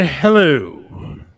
Hello